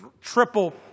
triple